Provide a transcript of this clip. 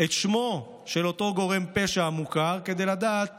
את שמו של אותו גורם פשע מוכר, כדי לדעת